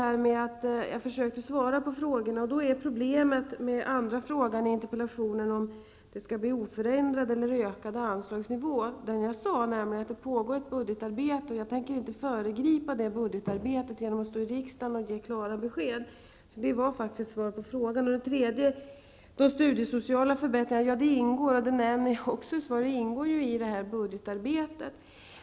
Problemet med att svara på frågan om anslagen till vuxenutbildningen kommer att bli oförändrade eller öka är, som jag sade, att budgetarbetet nu pågår och att jag inte vill föregripa det arbetet genom att i riksdagen nu ge klara besked. Det var faktiskt ett svar på den frågan. Detta gäller även den tredje frågan om det studiesociala stödet. Även den frågan omfattas givetvis av budgetarbetet.